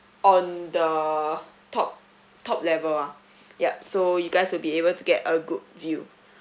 on the top top level ah yup so you guys will be able to get a good view